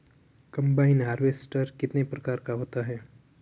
Combine harvester कितने तरह का होता है?